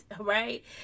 Right